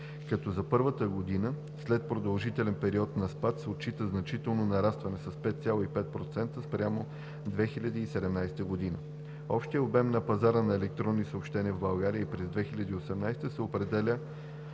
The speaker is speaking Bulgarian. като за първа година след продължителен период на спад се отчита значително нарастване – с 5,5% спрямо 2017 г. Общият обем на пазара на електронни съобщения в България и през 2018 г. се определя